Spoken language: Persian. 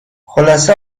خلاصه